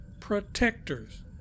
Protectors